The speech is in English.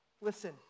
Listen